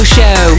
Show